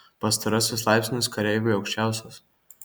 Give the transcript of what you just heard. pastarasis laipsnis kareiviui aukščiausias